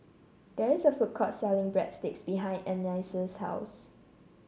there is a food court selling Breadsticks behind Anais' house